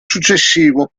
successivo